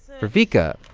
for vika.